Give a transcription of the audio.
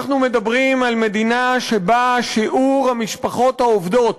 אנחנו מדברים על מדינה שבה שיעור המשפחות העובדות